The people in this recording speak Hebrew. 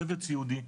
צוות סיעודי,